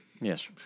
Yes